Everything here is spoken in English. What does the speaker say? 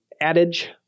adage